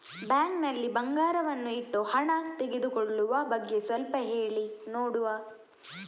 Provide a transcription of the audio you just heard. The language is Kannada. ಬ್ಯಾಂಕ್ ನಲ್ಲಿ ಬಂಗಾರವನ್ನು ಇಟ್ಟು ಹಣ ತೆಗೆದುಕೊಳ್ಳುವ ಬಗ್ಗೆ ಸ್ವಲ್ಪ ಹೇಳಿ ನೋಡುವ?